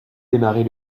démarrer